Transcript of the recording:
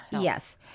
Yes